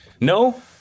No